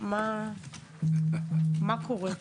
מה קורה?